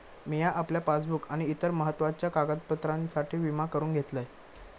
मिया आपल्या पासबुक आणि इतर महत्त्वाच्या कागदपत्रांसाठी विमा करून घेतलंय